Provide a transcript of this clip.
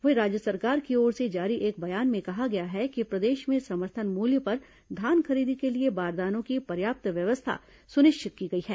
वहीं राज्य सरकार की ओर से जारी एक बयान में कहा गया है कि प्रदेश में समर्थन मूल्य पर धान खरीदी के लिए बारदानों की पर्याप्त व्यवस्था सुनिश्चित की गई है